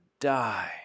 die